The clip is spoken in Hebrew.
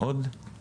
יש עוד התייחסויות?